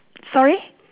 sorry